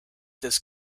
this